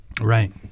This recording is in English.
Right